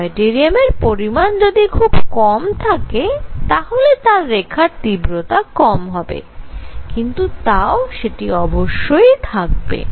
ডয়টেরিয়ামের পরিমাণ যদি খুব কম থাকে তাহলে তার রেখার তীব্রতা কম হবে কিন্তু তাও সেটি অবশ্যই থাকবে